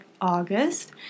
August